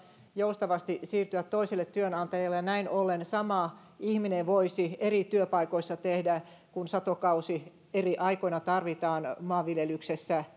joustavasti siirtyä toiselle työnantajalle ja näin ollen sama ihminen voisi eri työpaikoissa tehdä töitä kun satokausina eri aikoina tarvitaan maanviljelyksessä